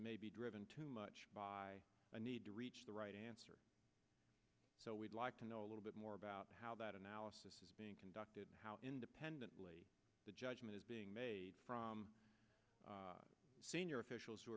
may be driven too much by the need to reach the right answer so we'd like to know a little bit more about how that analysis is being conducted and how independently the judgment is being made from senior officials who